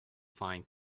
find